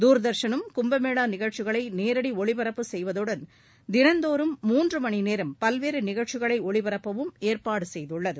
தூர்தர்ஷனும் கும்பமேளா நிகழ்ச்சிகளை நேரடி ஒளிபரப்பு செய்வதுடன் தினந்தோறும் மூன்று மணிநேரம் பல்வேறு நிகழ்ச்சிகளை ஒளிபரப்பவும் ஏற்பாடு செய்துள்ளது